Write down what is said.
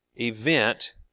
event